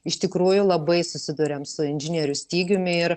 iš tikrųjų labai susiduriam su inžinierių stygiumi ir